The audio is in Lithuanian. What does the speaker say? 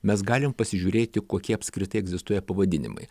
mes galim pasižiūrėti kokie apskritai egzistuoja pavadinimai